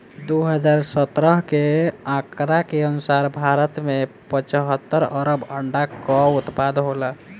दू हज़ार सत्रह के आंकड़ा के अनुसार भारत में पचहत्तर अरब अंडा कअ उत्पादन होला